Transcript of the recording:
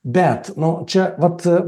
bet nu čia vat